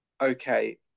okay